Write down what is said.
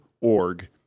org